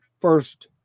first